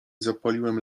zapaliłem